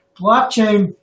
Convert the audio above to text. blockchain